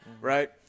right